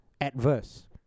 adverse